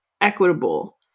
equitable